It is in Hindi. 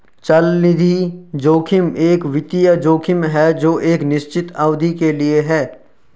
चलनिधि जोखिम एक वित्तीय जोखिम है जो एक निश्चित अवधि के लिए है